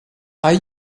are